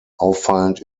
auffallend